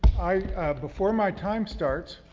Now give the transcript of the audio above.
are before my time starts.